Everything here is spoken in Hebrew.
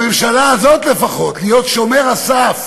בממשלה הזאת לפחות להיות שומר הסף